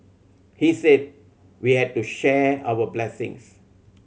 he said we had to share our blessings